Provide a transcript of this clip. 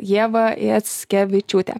ieva jackevičiūtė